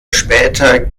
später